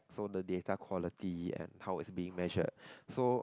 so the data quality and how its been measured so